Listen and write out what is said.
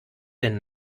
denn